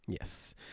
Yes